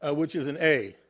ah which is an a,